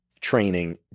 training